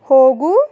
ಹೋಗು